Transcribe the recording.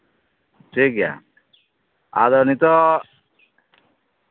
ᱴᱷᱤᱠ ᱜᱮᱭᱟ ᱟᱫᱚ ᱱᱤᱛᱳᱜ